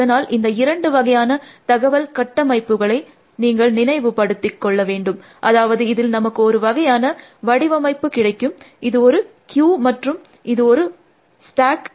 அதனால் இந்த இரண்டு வகையான தகவல் கட்டமைப்புகளை நீங்கள் நினைவுப்படுத்தி கொள்ள வேண்டும் அதாவது இதில் நமக்கு ஒரு வகையான வடிவமைப்பு கிடைக்கும் இது ஒரு கியூ மற்றும் இது ஒரு ஸ்டாக்